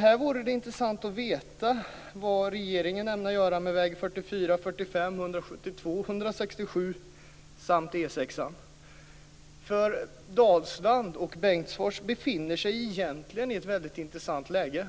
Här vore det intressant att veta vad regeringen ämnar göra med vägarna 44, 45, 172, 167 samt Dalsland och Bengtsfors befinner sig egentligen i ett väldigt intressant läge.